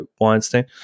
Weinstein